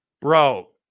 bro